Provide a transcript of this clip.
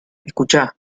escucha